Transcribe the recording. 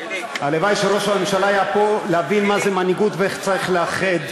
הלוואי שראש הממשלה היה פה להבין מה זו מנהיגות ואיך צריך לאחד.